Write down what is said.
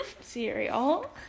cereal